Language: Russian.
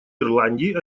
ирландии